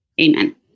Amen